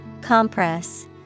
Compress